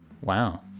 wow